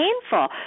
painful